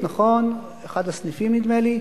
בחצור-הגלילית, נכון, אחד הסניפים, נדמה לי.